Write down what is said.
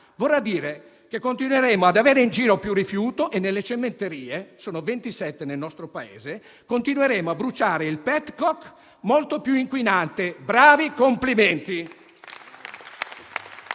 Vorrà dire che continueremo ad avere in giro più rifiuto e nelle cementerie, che sono 27 nel nostro Paese, continueremo a bruciare il *petcoke*, molto più inquinante. Bravi! Complimenti!